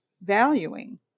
valuing